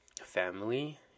family